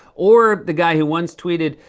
or the guy who once tweeted,